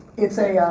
it's a